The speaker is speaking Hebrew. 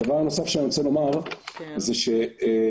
הדבר הנוסף שאני רוצה לומר זה שמבחינתנו